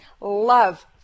love